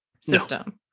system